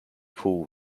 pool